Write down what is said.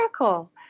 miracle